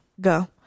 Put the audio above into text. go